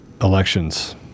elections